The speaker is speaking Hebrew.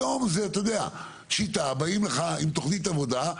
היום זו שיטה באים לך עם תכנית עבודה,